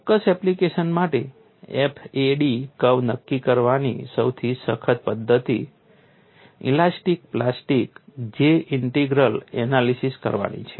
ચોક્કસ એપ્લિકેશન માટે FAD curve નક્કી કરવાની સૌથી સખત પદ્ધતિ elastic plastic J integral analysis કરવાની છે